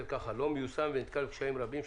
לא מיושם ונתקל בקשיים רבים,